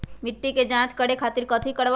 मिट्टी के जाँच करे खातिर कैथी करवाई?